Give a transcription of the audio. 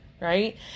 Right